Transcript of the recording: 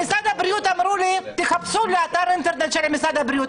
במשרד הבריאות אמרו לי: תחפשו באתר האינטרנט של משרד הבריאות.